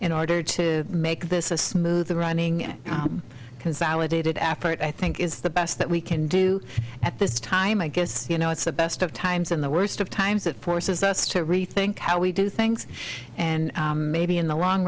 in order to make this a smooth running and consolidated after it i think is the best that we can do at this time i guess you know it's the best of times and the worst of times it forces us to rethink how we do things and maybe in the long